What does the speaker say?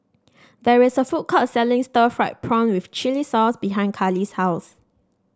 there is a food court selling Stir Fried Prawn with Chili Sauce behind Karlee's house